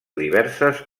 diverses